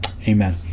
amen